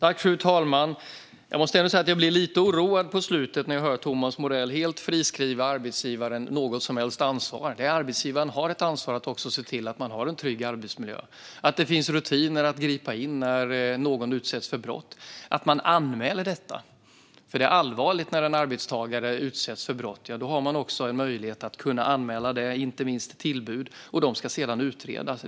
Fru talman! Jag måste säga att jag blev lite oroad på slutet när jag hörde Thomas Morell helt friskriva arbetsgivaren från något som helst ansvar. Arbetsgivaren har ett ansvar att se till att man har en trygg arbetsmiljö och att det finns rutiner för att gripa in när någon utsätts för brott och anmäla detta. Det är allvarligt när en arbetstagare utsätts för brott. Man har då möjlighet att anmäla tillbud, och de ska sedan utredas.